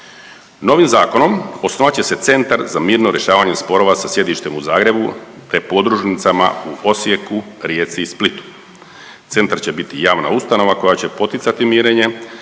Novim zakonom osnovat će se centar za mirno rješavanje sporova sa sjedištem u Zagrebu te podružnicama u Osijeku, Rijeci i Splitu. Centar će biti javna ustanova koja će poticati mirenje,